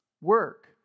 Work